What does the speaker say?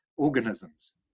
organisms